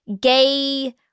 gay